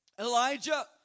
Elijah